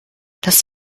das